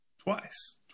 Twice